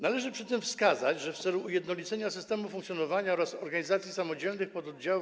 Należy przy tym wskazać, że w celu ujednolicenia systemu funkcjonowania oraz organizacji samodzielnych pododdziałów